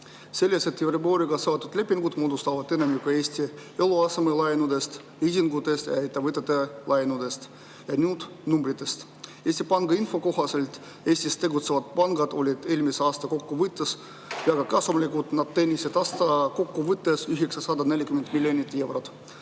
tulu. Euriboriga saadud lepingud moodustavad enamiku Eesti eluasemelaenudest, liisingutest ja ettevõtete laenudest. Nüüd numbritest. Eesti Panga info kohaselt olid Eestis tegutsevad pangad eelmise aasta kokkuvõttes väga kasumlikud. Nad teenisid aasta kokkuvõttes 940 miljonit eurot.